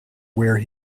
where